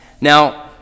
Now